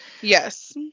yes